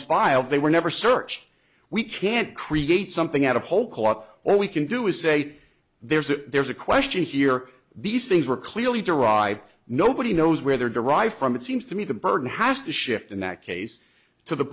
file they were never searched we can't create something out of whole cloth or we can do is say there's a there's a question here these things were clearly derived nobody knows where they're derived from it seems to me the burden has to shift in that case to the